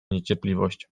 niecierpliwość